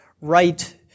right